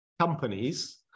companies